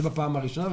זה בפעם הראשונה.